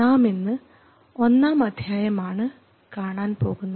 നാമിന്ന് ഒന്നാം അധ്യായം ആണ് കാണാൻ പോകുന്നത്